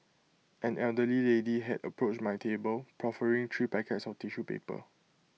an elderly lady had approached my table proffering three packets of tissue paper